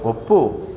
ಒಪ್ಪು